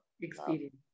experience